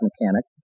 mechanic